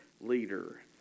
leader